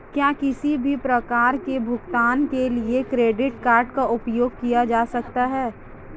क्या किसी भी प्रकार के भुगतान के लिए क्रेडिट कार्ड का उपयोग किया जा सकता है?